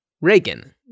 Reagan